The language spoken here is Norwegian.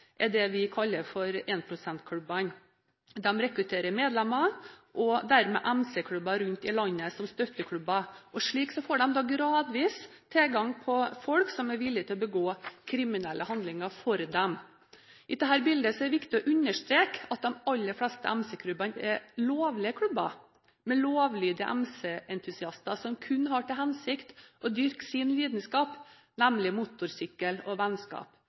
er det vi kaller énprosentklubber. De rekrutterer medlemmer og MC-klubber rundt i landet som støtteklubber, og får slik gradvis tilgang på folk som er villig til å begå kriminelle handlinger for dem. I dette bildet er det viktig å understreke at de aller fleste MC-klubbene er lovlige klubber, med lovlydige MC-entusiaster som kun har til hensikt å dyrke sin lidenskap – nemlig motorsykkel og vennskap.